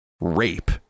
Rape